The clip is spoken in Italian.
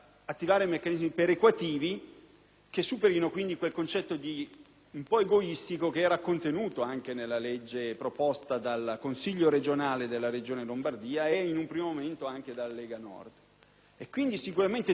che superino, quindi, quel concetto un po' egoistico contenuto nella legge proposta dal Consiglio regionale della Regione Lombardia e, in un primo momento, anche dalla Lega Nord. Sicuramente tutti insieme abbiamo fatto un percorso